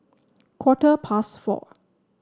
quarter past four